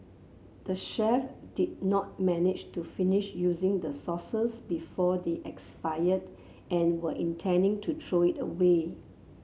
the chef did not manage to finish using the sauces before they expired and were intending to throw it away